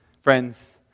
Friends